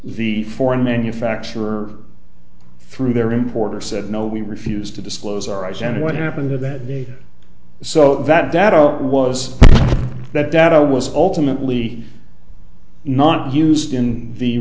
the foreign manufacturer through their importer said no we refuse to disclose our eyes and what happened to that so that data was that data was ultimately not used in the